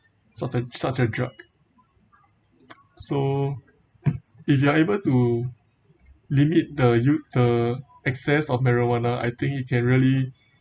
such a such a drug so if you are able to limit the u~ the access of marijuana I think generally